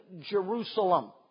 Jerusalem